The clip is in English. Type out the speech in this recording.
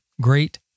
great